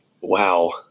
wow